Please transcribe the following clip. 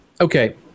okay